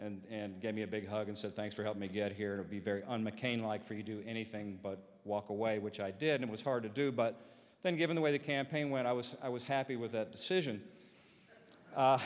and and gave me a big hug and said thanks for help me get here be very on mccain like for you do anything but walk away which i did it was hard to do but then given the way the campaign when i was i was happy with that decision